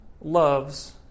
loves